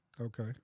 Okay